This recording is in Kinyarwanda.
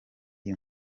iyi